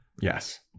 Yes